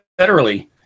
federally